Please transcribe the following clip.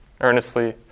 earnestly